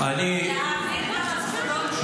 להעביר את המשכורות שלהם.